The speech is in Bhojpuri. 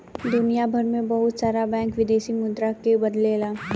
दुनियभर में बहुत सारा बैंक विदेशी मुद्रा के बदलेला